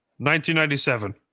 1997